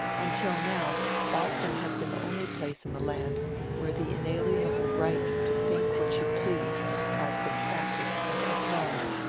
until now boston has been the only place in the land where the inalienable right to think what you please has been practised and upheld.